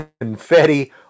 confetti